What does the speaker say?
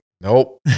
Nope